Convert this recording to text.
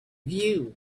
view